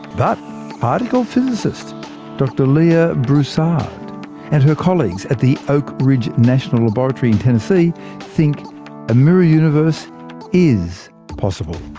but particle physicist dr leah broussard and her colleagues at the oak ridge national laboratory in tennessee think a mirror universe is possible.